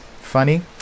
funny